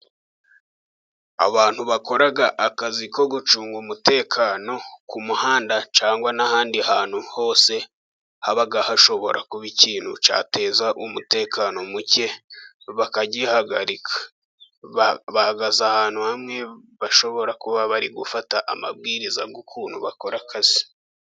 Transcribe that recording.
Abantu bakora akazi ko gucunga umutekano ku muhanda cyangwa n' ahandi hantu hose haba hashobora kuba ikintu cyateza umutekano muke, bakagihagarika bahagaze ahantu hamwe bashobora kuba bari gufata amabwiriza y' ukuntu bakora akazi.